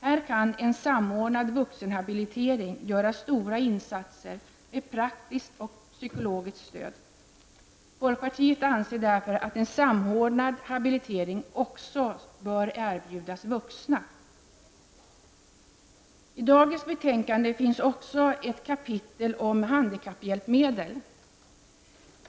Här kan en samordnad vuxenhabilitering göra stora insatser med praktiskt och psykologiskt stöd. Folkpartiet anser därför att en samordnad habilitering också bör erbjudas vuxna. I dagens betänkande finns det också ett kapitel om handikapphjälpmedel.